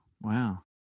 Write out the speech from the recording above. Wow